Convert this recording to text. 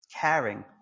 caring